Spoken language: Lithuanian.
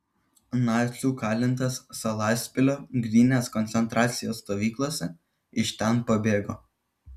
nacių kalintas salaspilio gdynės koncentracijos stovyklose iš ten pabėgo